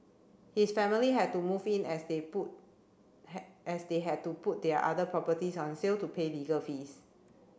his family had to move in as they put as they had to put their other properties on sale to pay legal fees